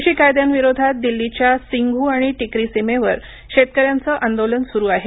कृषी कायद्यांविरोधात दिल्लीच्या सिंघ् आणि टिकरी सीमेवर शेतकऱ्यांचं आंदोलन सुरू आहे